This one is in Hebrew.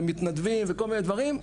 ומתנדבים וכל מיני דברים,